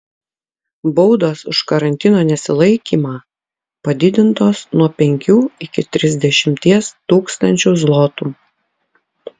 baudos už karantino nesilaikymą padidintos nuo penkių iki trisdešimties tūkstančių zlotų